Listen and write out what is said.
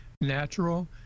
natural